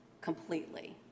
completely